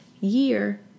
year